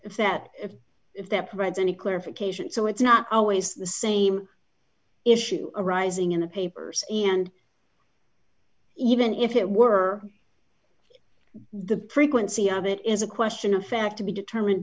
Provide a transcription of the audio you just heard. if that if that provides any clarification so it's not always the same issue arising in the papers and even if it were the pregnancy of it is a question of fact to be determined